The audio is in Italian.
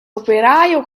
operaio